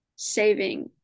saving